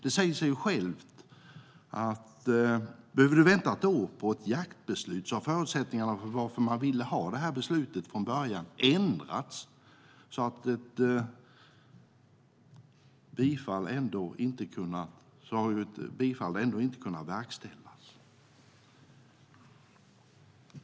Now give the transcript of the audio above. Det säger sig självt att om man behöver vänta ett år på ett jaktbeslut har förutsättningarna för varför man ville ha beslutet från början ändrats så att ett bifall ändå inte hade kunnat verkställas.